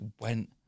went